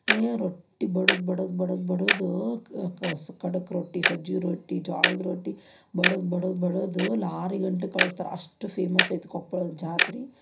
ರೊಟ್ಟಿ ಬಡದು ಬಡದು ಬಡದು ಬಡದು ಖಡಕ್ ರೊಟ್ಟಿ ಸಜ್ಜೆ ರೊಟ್ಟಿ ಜ್ವಾಳದ ರೊಟ್ಟಿ ಬಡದು ಬಡದು ಬಡದು ಲಾರಿಗಟ್ಲೆ ಕಳ್ಸ್ತಾರೆ ಅಷ್ಟು ಫೇಮಸ್ ಐತೆ ಕೊಪ್ಪಳದ ಜಾತ್ರೆ